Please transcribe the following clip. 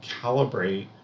calibrate